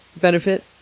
benefit